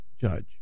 judge